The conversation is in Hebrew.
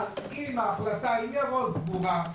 אבל אם ההחלטה סגורה מראש,